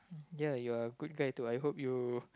ya you're a good guy too I hope you